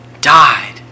died